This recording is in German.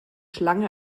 schlange